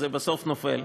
זה בסוף נופל.